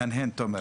תומר מהנהן.